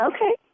Okay